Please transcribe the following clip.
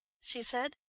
she said.